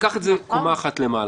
קח את זה קומה אחת למעלה,